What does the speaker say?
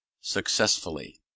successfully